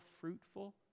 fruitful